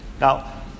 Now